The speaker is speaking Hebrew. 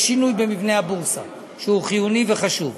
יש שינוי במבנה הבורסה, שהוא חיוני וחשוב.